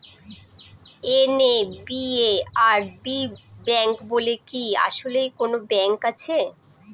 NABARD bank বলে কি আসলেই কোনো ব্যাংক আছে?